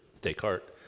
Descartes